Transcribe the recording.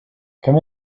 come